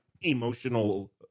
emotional